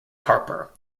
harper